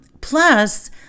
Plus